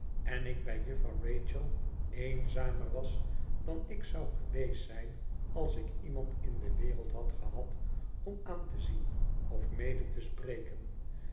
en ik bij jufvrouw rachel eenzamer was dan ik zou geweest zijn als ik iemand in de wereld had gehad om aan te zien of mede te spreken